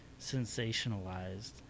sensationalized